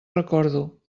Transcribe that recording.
recordo